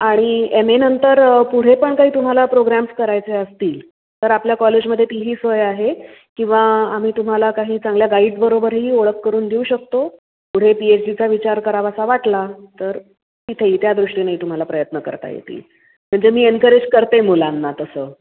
आणि एम एनंतर पुढे पण काही तुम्हाला प्रोग्रॅम्स करायचे असतील तर आपल्या कॉलेजमध्ये तीही सोय आहे किंवा आम्ही तुम्हाला काही चांगल्या गाईडबरोबरही ओळख करून देऊ शकतो पुढे पी एच डीचा विचार करावासा वाटला तर तिथेही त्यादृष्टीनेही तुम्हाला प्रयत्न करता येतील म्हणजे मी एन्करेज करते मुलांना तसं